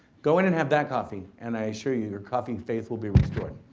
go in and have that coffee and i assure you your coffee faith will be restored.